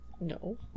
no